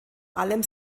allem